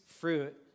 fruit